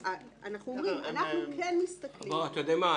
הם אומרים שזה בסדר, אז אין בעיה.